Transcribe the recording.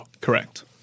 Correct